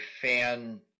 fan